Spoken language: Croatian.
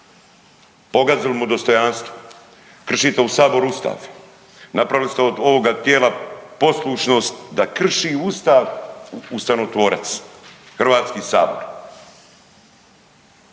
Pogazili mu dostojanstvo, kršite u Saboru Ustav, napravili ste od ovoga tijela poslušnost da krši Ustav ustavotvorac HS.